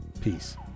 Peace